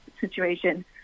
situation